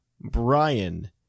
Brian